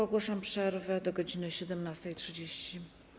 Ogłaszam przerwę do godz. 17.30.